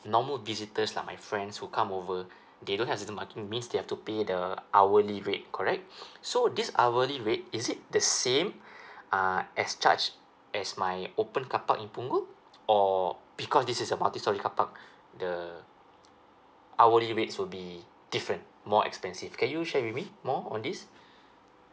normal visitors like my friends who come over they don't have season parking means they have to pay the hourly rate correct so this hourly rate is it the same uh as charge as my open carpark in punggol or because this is a multi storey carpark the hourly rates will be different more expensive can you share with me more on this